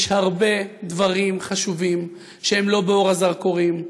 יש הרבה דברים חשובים שהם לא באור הזרקורים,